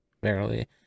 Barely